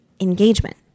engagement